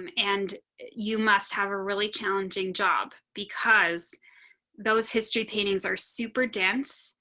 um and you must have a really challenging job because those history paintings are super dense